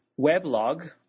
weblog